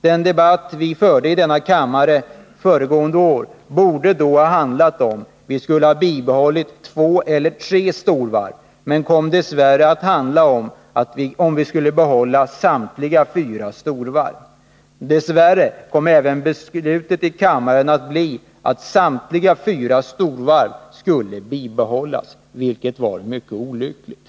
Den debatt vi förde i denna kammare föregående år borde ha handlat om huruvida vi skulle ha bibehållit två eller tre storvarv men kom dess värre att handla om huruvida vi skulle behålla samtliga fyra storvarv. Dess värre kom även kammarens beslut att bli att alla fyra storvarv skulle bibehållas, vilket var mycket olyckligt.